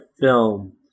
film